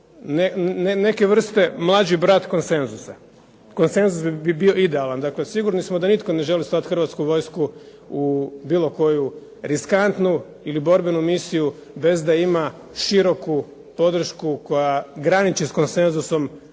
neke vrste mlađi brat konsenzusa, konsenzus bi bio idealan. Sigurni smo da nitko ne želi slati Hrvatsku vojsku u bilo koju riskantnu ili borbenu misiju bez da ima široku podršku koja graniči s konsenzusom